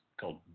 called